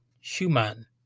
Schumann